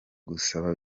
gusa